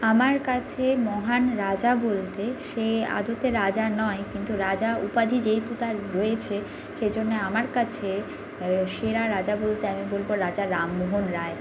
আমার কাছে মহান রাজা বলতে সে আদতে রাজা নয় কিন্তু রাজা উপাধি যেহেতু তার রয়েছে সেই জন্য আমার কাছে সেরা রাজা বলতে আমি বলবো রাজা রামমোহন রায়